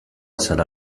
serà